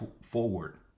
forward